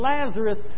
Lazarus